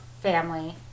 family